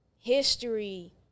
history